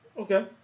Okay